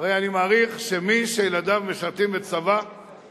הורכבה בעבר בעיקר מבנות הציונות הדתית, אגב,